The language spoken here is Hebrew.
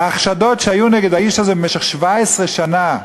ההחשדות שהיו נגד האיש הזה במשך 17 שנה,